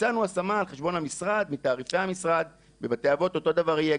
ביצענו השמה על חשבון המשרד מתעריפי המשרד בבתי אבות.